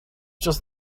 just